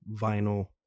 vinyl